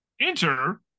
Enter